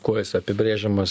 kuo jis apibrėžiamas